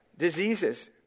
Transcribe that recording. diseases